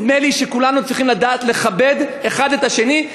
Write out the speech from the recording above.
נדמה לי שכולנו צריכים לדעת לכבד אחד את השני,